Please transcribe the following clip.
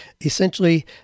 essentially